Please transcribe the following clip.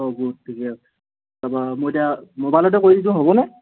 ঠিকে আছে তাৰপৰা মোৰ এতিয়া মোবাইলতে কৰি দিছোঁ হ'বনে